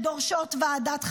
והן דורשות ועדת חקירה.